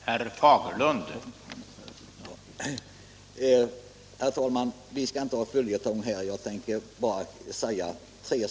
Herr talman! Vi skall inte ha någon följetong här. Jag tänker bara Torsdagen den säga tre saker.